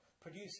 produce